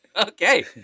Okay